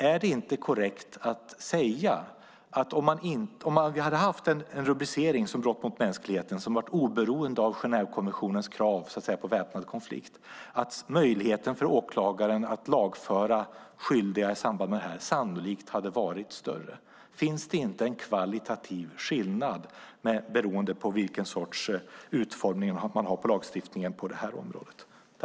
Är det inte korrekt att säga att om vi hade haft en rubricering som brott mot mänskligheten som varit oberoende av Genèvekonventionens krav på väpnad konflikt så hade möjligheten för åklagaren att lagföra skyldiga i samband med det här sannolikt varit större? Fins det inte en kvalitativ skillnad beroende på vilken sorts utformning man har på lagstiftningen på det här området?